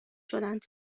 شدند